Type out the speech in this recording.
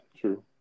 True